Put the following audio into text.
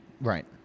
right